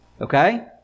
Okay